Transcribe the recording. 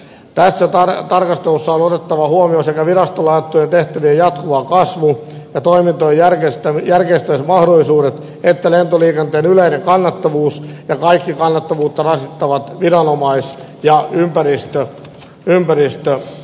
tässä tarkastelussa on otettava huomioon sekä virastolle annettujen tehtävien jatkuva kasvu ja toimintojen järkeistämismahdollisuudet että lentoliikenteen yleinen kannattavuus ja kaikki kannattavuutta rasittavat viranomais ja ympäristömaksut